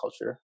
culture